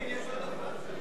זכויות חברתיות נתקבלה.